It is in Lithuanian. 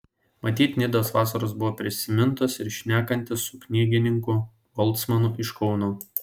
matyt nidos vasaros buvo prisimintos ir šnekantis su knygininku holcmanu iš kauno